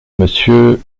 monsieur